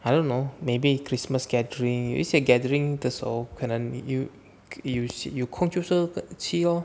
I don't know maybe christmas gathering 有一些的时候可能你又有有空就去 oh